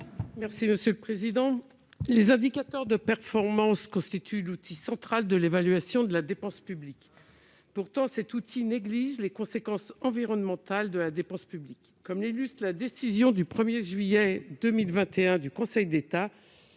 Mme Raymonde Poncet Monge. Les indicateurs de performance constituent l'outil central de l'évaluation de la dépense publique. Pourtant, cet outil néglige les conséquences environnementales de la dépense publique. Comme l'illustre la décision du 1 juillet 2021 du Conseil d'État,